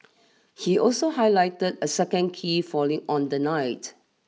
he also highlighted a second key falling on the night